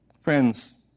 Friends